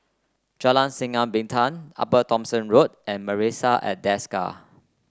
Jalan Sinar Bintang Upper Thomson Road and Marrison at Desker